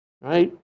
right